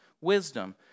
wisdom